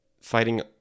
fighting